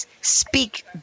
speak